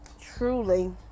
truly